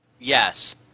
Yes